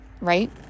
right